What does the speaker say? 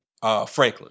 Franklin